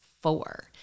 four